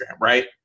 right